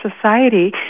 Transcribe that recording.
society